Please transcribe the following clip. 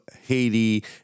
Haiti